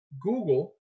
Google